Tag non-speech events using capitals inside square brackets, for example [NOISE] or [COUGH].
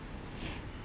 [BREATH]